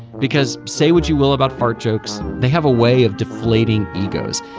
because say what you will about fart jokes, they have a way of deflating egos.